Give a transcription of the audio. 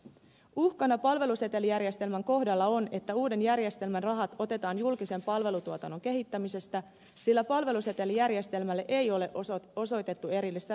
uhkana palvelusetelijärjestelmän kohdalla on että uuden järjestelmän rahat otetaan julkisen palvelutuotannon kehittämisestä sillä palvelusetelijärjestelmälle ei ole osoitettu erillistä rahoitusta